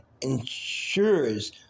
ensures